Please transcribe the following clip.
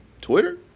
Twitter